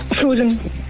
Frozen